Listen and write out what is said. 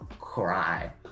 cry